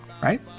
right